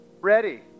ready